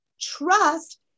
Trust